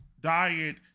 diet